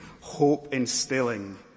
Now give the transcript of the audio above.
hope-instilling